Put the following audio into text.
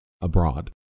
abroad